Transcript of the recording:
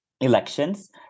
elections